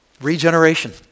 regeneration